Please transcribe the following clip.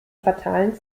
fatalen